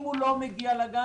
אם הוא לא מגיע לגן,